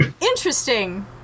interesting